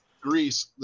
Greece